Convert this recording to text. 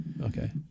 Okay